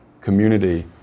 community